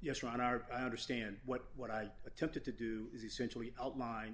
yes ron are i understand what what i attempted to do is essentially outline